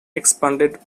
expanded